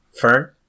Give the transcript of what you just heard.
Fern